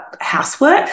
housework